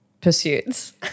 pursuits